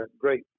great